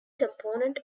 component